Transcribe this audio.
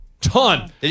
Ton